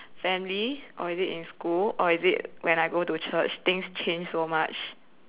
family or is it in school or is it when I go to church things change so much